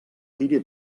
tire